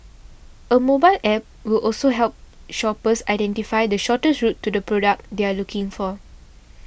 a mobile App will also help shoppers identify the shortest route to the product they are looking for